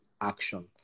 action